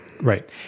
Right